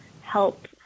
help